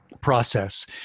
process